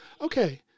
Okay